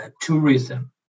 tourism